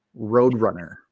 Roadrunner